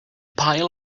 pile